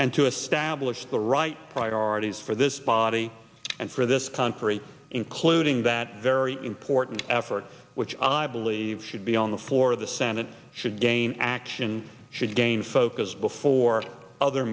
and to a stablished the right priorities for this body and for this country including that very important effort which i believe should be on the floor of the senate game action should gain focus before other